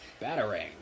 batarang